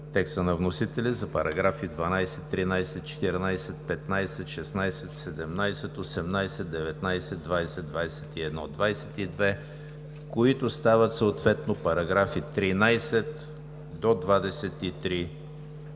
текста на вносителя за параграфи 12, 13, 14, 15, 16, 17, 18, 19, 20, 21, 22, 23, 24, 25 и 26, които стават съответно параграфи от 13 до 27.